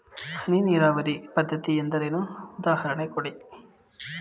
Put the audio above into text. ಹನಿ ನೀರಾವರಿ ಪದ್ಧತಿ ಎಂದರೇನು, ಉದಾಹರಣೆ ಕೊಡಿ?